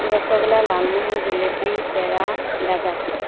ৰসগোলা লালমোহন জেলেপি পেৰা গাজা